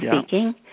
speaking